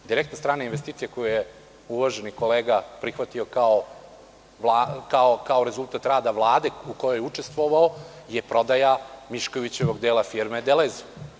Direktne strane investicije koje je uvaženi kolega prihvatio kao rezultat rada Vlade u kojoj je učestvovao je prodaja Miškovićevog dela firme „Delez“